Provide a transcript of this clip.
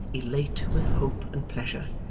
elate with hope and pleasure.